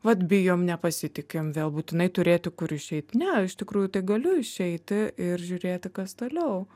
vat bijom nepasitikim vėl būtinai turėti kur išeit ne iš tikrųjų tai galiu išeiti ir žiūrėti kas toliau